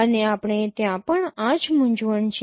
અને આપણે ત્યાં પણ આ જ મૂંઝવણ છે